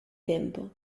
tempo